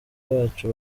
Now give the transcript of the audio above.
bacu